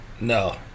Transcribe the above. No